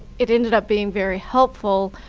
it ended up being very helpful